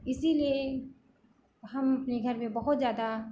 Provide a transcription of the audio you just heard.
इसीलिए हम अपने घर में बहुत ज़्यादा